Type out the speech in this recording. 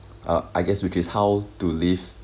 uh I guess which is how to live